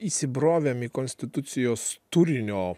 įsibrovėme į konstitucijos turinio